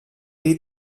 dir